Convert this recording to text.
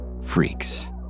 freaks